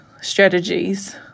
strategies